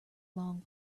long